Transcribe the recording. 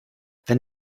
wenn